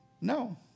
No